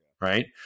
Right